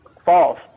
False